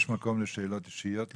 יש מקום לשאלות אישיות?